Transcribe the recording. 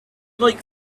like